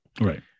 Right